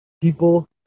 People